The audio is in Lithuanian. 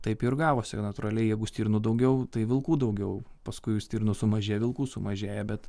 taip ir gavosi natūraliai jeigu stirnų daugiau tai vilkų daugiau paskui stirnų sumažėja vilkų sumažėja bet